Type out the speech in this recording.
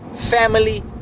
Family